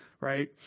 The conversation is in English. right